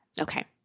Okay